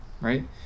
right